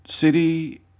city